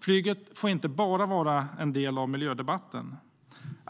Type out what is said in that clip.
Flyget får inte bara vara en del av miljödebatten.